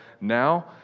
now